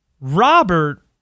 Robert